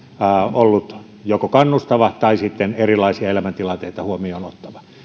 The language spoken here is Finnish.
ollut joko kannustava tai sitten erilaisia elämäntilanteita huomioon ottava